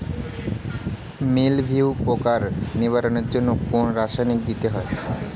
মিলভিউ পোকার নিবারণের জন্য কোন রাসায়নিক দিতে হয়?